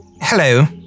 hello